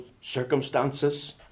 circumstances